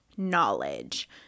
Knowledge